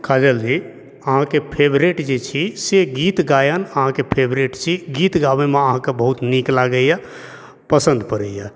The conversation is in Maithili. काजल जी अहाँके फेवरेट जे छी से गीत गायन अहाँके फेवरेट छी गीत गाबयमे अहाँके बहुत नीक लागइए पसन्द पड़इए